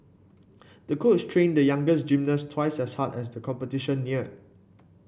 the coach trained the young gymnast twice as hard as the competition neared